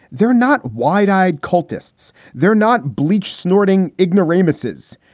they're not wide eyed cultists. they're not bleached, snorting ignoramuses.